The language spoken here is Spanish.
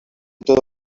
todo